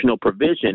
provision